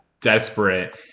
desperate